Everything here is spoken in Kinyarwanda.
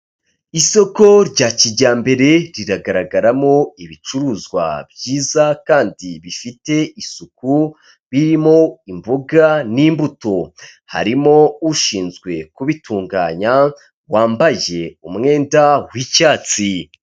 Isoko rya kijyambere riragaragaramo ibicuruzwa byiza kandi bifite isuku birimo imboga n'imbuto, harimo ushinzwe kubitunganya wambaye umwenda w'icyatsi.